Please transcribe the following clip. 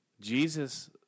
Jesus